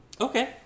Okay